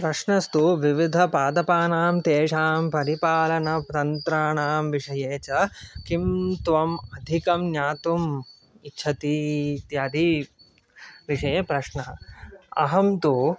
प्रश्नस्तु विविधपादपानां तेषां परिपालनतन्त्राणां विषये च किं त्वम् अधिकं ज्ञातुम् इच्छति इत्यादि विषये प्रश्नः अहं तु